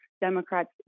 Democrats